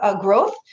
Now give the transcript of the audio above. growth